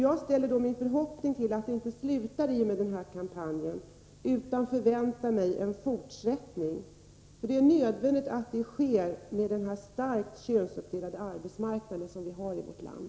Jag ställer då min förhoppning till att det inte slutar i och med denna kampanj utan förväntar mig en fortsättning. Det är nödvändigt att det sker, med den starkt könsuppdelade arbetsmarknad som vi har i vårt land.